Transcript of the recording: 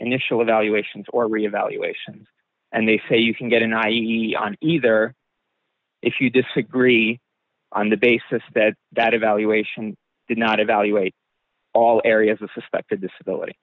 initial evaluations or revaluations and they say you can get in i e either if you disagree on the basis that that evaluation did not evaluate all areas of suspected disability